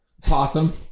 Possum